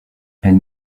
elle